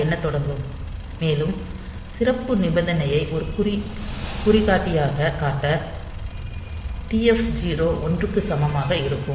அது எண்ணத் தொடங்கும் மேலும் சிறப்பு நிபந்தனையைக் ஒரு குறிகாட்டியாக காட்ட TF 0 1 க்கு சமமாக இருக்கும்